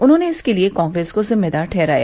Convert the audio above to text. उन्होंने इसके लिए कांग्रेस को जिम्मेदार ठहरया